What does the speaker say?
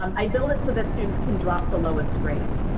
um i build it so that students can drop the lowest grades.